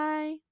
Bye